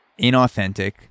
inauthentic